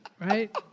Right